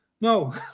No